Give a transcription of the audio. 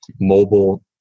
mobile